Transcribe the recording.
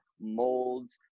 molds